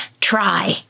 try